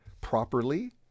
properly